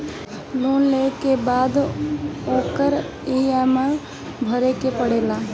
loan लेहला के बाद ओकर इ.एम.आई भरे के पड़ेला